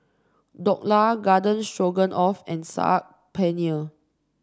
Dhokla Garden Stroganoff and Saag Paneer